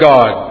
God